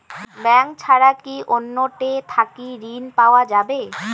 Bank ছাড়া কি অন্য টে থাকি ঋণ পাওয়া যাবে?